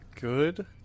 good